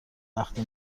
وقتی